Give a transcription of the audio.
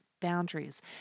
boundaries